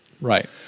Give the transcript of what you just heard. Right